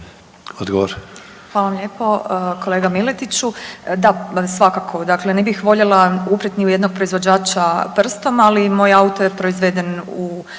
Odgovor.